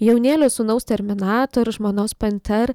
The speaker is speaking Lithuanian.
jaunėlio sūnaus terminator žmonos panter